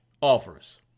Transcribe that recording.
offers